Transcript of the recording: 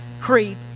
creep